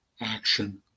action